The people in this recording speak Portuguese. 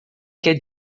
quer